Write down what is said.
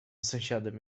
sąsiadem